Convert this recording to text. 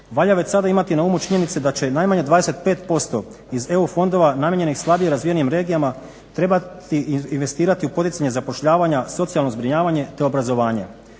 valja već sada imati na umu činjenice da će najmanje 25% iz EU fondova namijenjenih slabije razvijenim regijama trebati investirati u poticanje zapošljavanja, socijalno zbrinjavanje te obrazovanje.